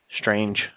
Strange